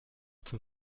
zum